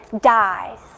dies